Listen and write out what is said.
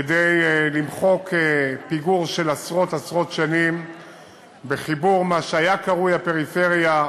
כדי למחוק פיגור של עשרות שנים בחיבור של מה שהיה קרוי הפריפריה,